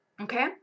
Okay